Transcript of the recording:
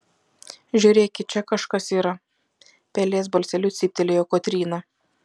žiūrėkit čia kažkas yra pelės balseliu cyptelėjo kotryna